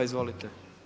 Izvolite.